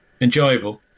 Enjoyable